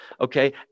okay